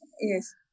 Yes